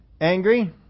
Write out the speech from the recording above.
angry